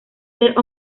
ser